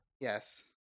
Yes